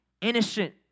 Innocent